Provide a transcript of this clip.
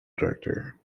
director